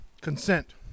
Consent